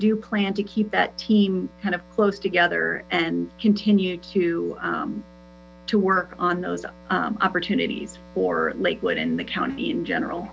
do plan to keep that team kind of close together and continue to work on those opportunities for lakewood and the county in general